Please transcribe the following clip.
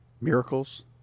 miracles